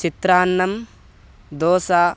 चित्रान्नं दोसा